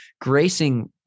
gracing